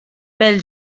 pel